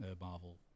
Marvel